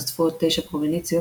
נוספו עוד תשע פרובינציות,